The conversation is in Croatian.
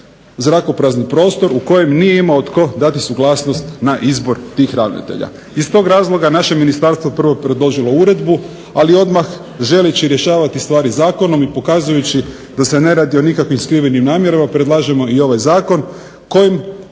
zrakoprazni prostor u kojem nije imao tko dati suglasnost na izbor tih ravnatelja. Iz tog razloga naše ministarstvo prvo je predložilo uredbu, ali odmah želeći rješavati stvari zakonom i pokazujući da se ne radi o nikakvim skrivenim namjerama, predlažemo i ovaj zakon kojim